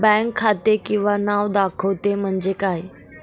Bank खाते किंवा नाव दाखवते म्हणजे काय?